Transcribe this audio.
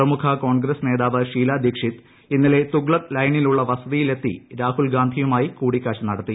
പ്രമുഖ കോൺഗ്രസ് നേതാവ് ഷീലാ ദീക്ഷിത് ഇന്നലെ തുഗ്ലക് ലൈനിലുള്ള വസതിയിലെത്തി രാഹുൽഗാന്ധിയുമായി കൂടിക്കാഴ്ച നടത്തി